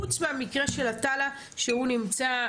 חוץ מהמקרה של עטאללה שהוא נמצא,